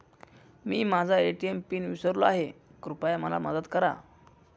मी माझा ATM pin विसरलो आहे, कृपया मला मदत करा